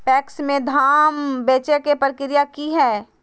PACS में धाम बेचे के प्रक्रिया की हय?